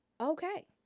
Okay